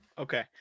Okay